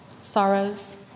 Sorrows